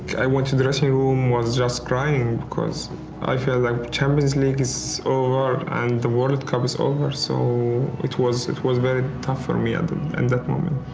i went to the dressing room, was just crying because i felt like the champions league is over and the world cup is over. so it was, it was very tough for me ah in that moment.